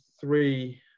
three